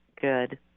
Good